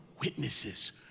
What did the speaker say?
witnesses